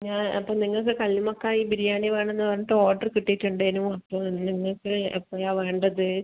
ഞാൻ അപ്പോൾ നിങ്ങൾക്ക് കല്ലുമ്മക്കായ് ബിരിയാണി വേണമെന്ന് പറഞ്ഞിട്ട് ഓർഡറ് കിട്ടീട്ട് ഇണ്ടേനു അപ്പോൾ നിങ്ങൾക്ക് എപ്പോഴാണ് വേണ്ടത്